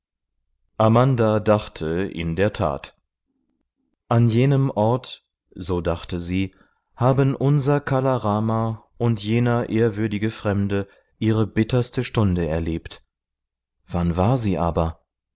amanda dachte in der tat an jenem ort so dachte sie haben unser kala rama und jener ehrwürdige fremde ihre bitterste stunde erlebt wann war sie aber